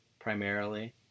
primarily